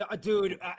dude